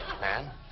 Man